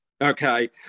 Okay